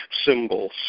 symbols